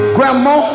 Grandma